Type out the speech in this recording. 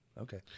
Okay